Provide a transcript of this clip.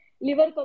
liver